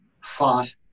fought